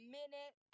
minute